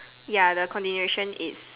ya the continuation it's